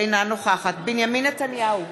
אינה נוכחת בנימין נתניהו,